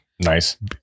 nice